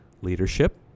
leadership